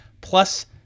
plus